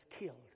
killed